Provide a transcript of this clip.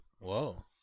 Whoa